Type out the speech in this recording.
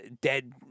dead